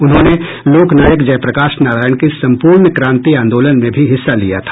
उन्होंने लोक नायक जयप्रकाश नारायण के संपूर्ण क्रांति आंदोलन में भी हिस्सा लिया था